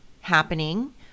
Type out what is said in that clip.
happening